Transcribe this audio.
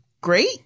great